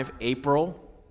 April